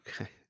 Okay